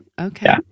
okay